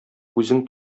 үзең